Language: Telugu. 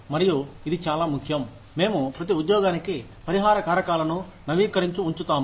మరియు ఇది చాలా ముఖ్యం మేము ప్రతి ఉద్యోగానికి పరిహార కారకాలను నవీకరించి ఉంచుతాము